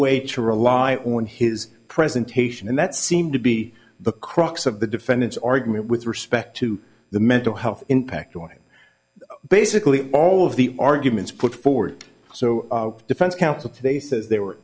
way to rely on his presentation and that seemed to be the crux of the defendant's argument with respect to the mental health impact on basically all of the arguments put forward so the defense counsel today says there were